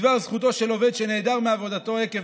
בדבר זכותו של עובד שנעדר מעבודתו עקב